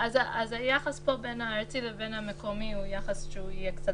אז היחס פה בין הארצי לבין המקומי הוא יחס שיהיה קצת